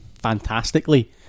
fantastically